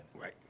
Right